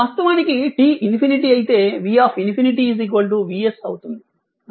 వాస్తవానికి t ➝∞ అయితే V∞ Vs అవుతుంది